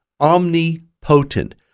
Omnipotent